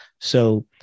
So-